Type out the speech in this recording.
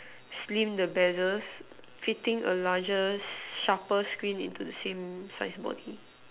slim the bezel fitting a larger sharper screen into the same size body